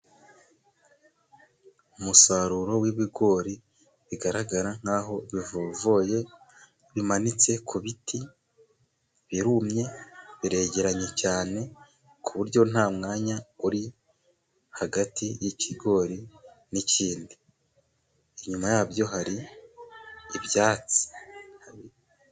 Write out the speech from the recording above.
Umusaruro w'ibigori bigaragara nkaho bivovoye, bimanitse ku biti birumye biregeranye cyane, ku buryo nta mwanya uri hagati y'ikigori n'ikindi, inyuma yabyo hari ibyatsi.